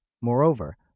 Moreover